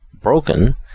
broken